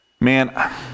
Man